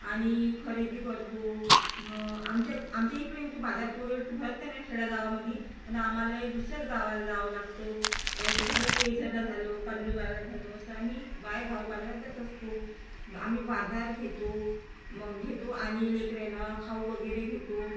आणि खरेदी करतो आमच्या आमच्या इकडे म्हणजे बाजारात वगैरे तर भरत नाही ना खेड्या गावामध्ये पण आम्हाला ए दुसऱ्याच गावाला जावं लागतो असं झालं की केळझरला झालो कान्होलीबाराला झालो असं आम्ही बाहेर गावी बाजारात जात असतो आम्ही बाजार घेतो मग घेतो आणि लेकराला खाऊ वगैरे घेतो